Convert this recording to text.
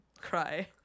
cry